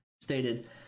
stated